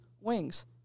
wings